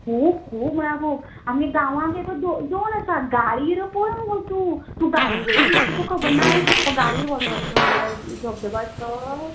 खूब खूब म्हल्या खूब आमगे गांवांक ये पळय दोन आसा गायीर पळय मगों तूं गायीवयले मगों तूं तुका खबर ना तो गायीर वॉटर तो गायीर धबधबो आसा तो